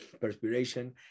perspiration